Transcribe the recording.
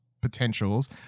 potentials